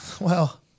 Well-